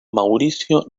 mauricio